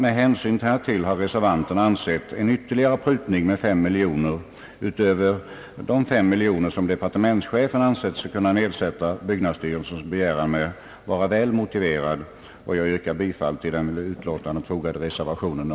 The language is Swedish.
Med hänsyn härtill har reservanterna ansett en ytterligare prutning med 5 miljoner kronor vara väl motiverad utöver de 5 miljoner kronor som departementschefen har ansett sig kunna nedsätta byggnadsstyrelsens begäran med, och jag yrkar bifall till den vid punkten fogade reservationen.